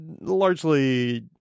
largely